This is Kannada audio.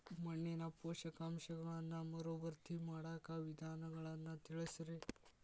ಮಣ್ಣಿನ ಪೋಷಕಾಂಶಗಳನ್ನ ಮರುಭರ್ತಿ ಮಾಡಾಕ ವಿಧಾನಗಳನ್ನ ತಿಳಸ್ರಿ